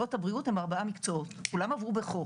מקצועות הבריאות הם ארבעה מקצועות וכולן עברו בחוק.